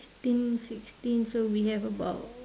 sixteen sixteen so we have about